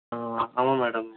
ஆ ஆமாம் மேடம்